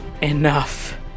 Enough